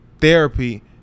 therapy